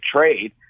trade